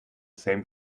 same